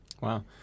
Wow